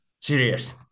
serious